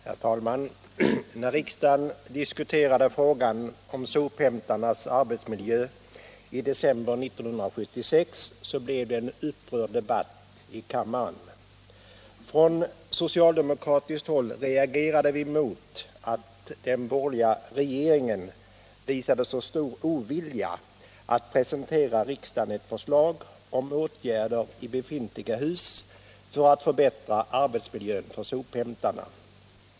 Herr talman! När riksdagen diskuterade frågan om sophämtarnas arbetsmiljö i december 1976 blev det en upprörd debatt i kammaren. Från socialdemokratiskt håll reagerade vi mot att den borgerliga regeringen visade så stor ovilja att presentera riksdagen ett förslag om åtgärder i befintliga hus för att förbättra arbetsmiljön för sophämtarna.